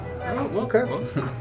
Okay